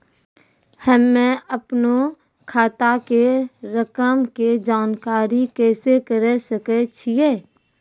हम्मे अपनो खाता के रकम के जानकारी कैसे करे सकय छियै?